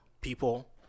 people